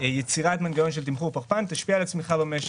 יצירת מנגנון של תמחור פחמן ישפיע על הצמיחה במשק.